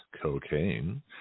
cocaine